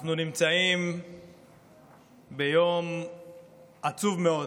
אנחנו נמצאים ביום עצוב מאוד